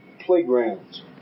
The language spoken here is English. playgrounds